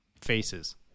faces